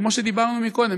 כמו שדיברנו קודם,